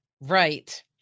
Right